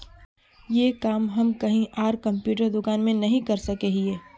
ये काम हम कहीं आर कंप्यूटर दुकान में नहीं कर सके हीये?